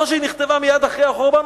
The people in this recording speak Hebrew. או שהיא נכתבה מייד אחרי החורבן,